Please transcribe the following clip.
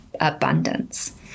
abundance